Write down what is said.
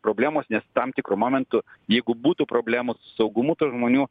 problemos nes tam tikru momentu jeigu būtų problemos su saugumu tų žmonių